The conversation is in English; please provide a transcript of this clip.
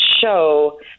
show